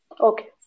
Okay